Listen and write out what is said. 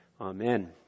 Amen